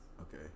okay